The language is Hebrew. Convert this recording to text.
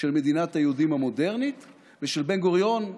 של מדינת היהודים המודרנית, ושל בן-גוריון,